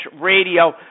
Radio